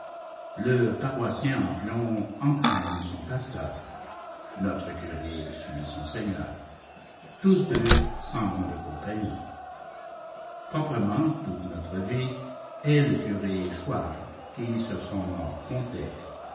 le paroissien en plomb entraîne son pasteur notre curé suit son seigneur tous deux s'en vont de compagnie proprement toute notre vie est le curé chouart qui sur son mort comptait